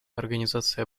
организация